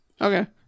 Okay